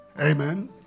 Amen